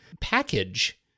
package